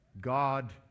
god